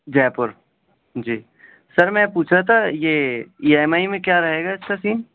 جے پور جی سر میں یہ پوچھ رہا تھا یہ ای ایم آئی میں کیا رہے گا اس کا سین